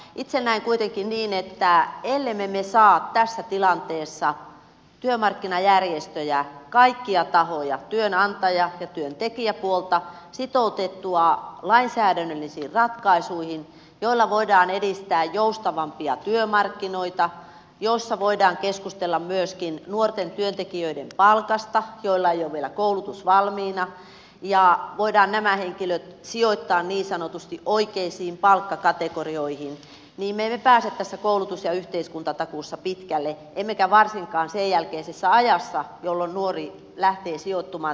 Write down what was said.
itse näen kuitenkin niin että el lemme me saa tässä tilanteessa työmarkkinajärjestöjä kaikkia tahoja työnantaja ja työntekijäpuolta sitoutettua lainsäädännöllisiin ratkaisuihin joilla voidaan edistää joustavampia työmarkkinoita joissa voidaan keskustella myöskin nuorten työntekijöiden palkasta joilla ei ole vielä koulutus valmiina ja joilla ratkaisuilla voidaan nämä henkilöt sijoittaa niin sanotusti oikeisiin palkkakategorioihin niin me emme pääse tässä koulutus ja yhteiskuntatakuussa pitkälle emmekä varsinkaan sen jälkeisessä ajassa jolloin nuori lähtee sijoittumaan työmarkkinoille